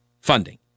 funding